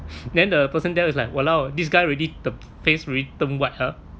then the person there was like !walao! this guy already the face already turn white ha